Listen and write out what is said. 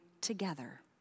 together